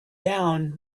down